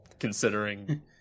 considering